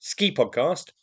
SKIPODCAST